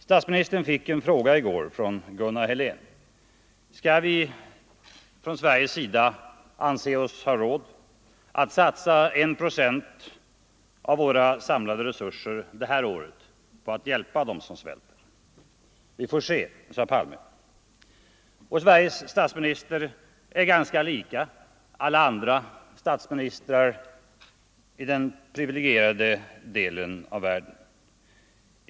Statsministern fick en fråga i går från Gunnar Helén: Skall vi från Sveriges sida anse oss ha råd att satsa I procent av våra samlade resurser det här året på att hjälpa dem som svälter? Vi får se, sade herr Palme. Sveriges statsminister är ganska lik alla andra statsministrar i den privilegierade delen av världen.